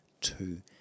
two